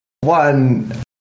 one